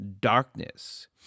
darkness